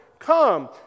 Come